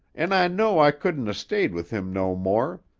an' i know i couldn't a stayed with him no more.